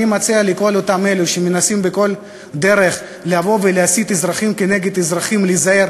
אני מציע לכל אלה שמנסים בכל דרך להסית אזרחים נגד אזרחים להיזהר,